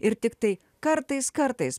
ir tiktai kartais kartais